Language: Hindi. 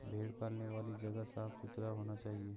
भेड़ पालने वाली जगह साफ सुथरा होना चाहिए